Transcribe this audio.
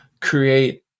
create